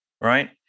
right